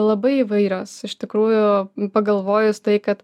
labai įvairios iš tikrųjų pagalvojus tai kad